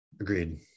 Agreed